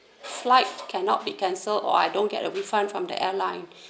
flight cannot be cancel or I don't get a refund from the airline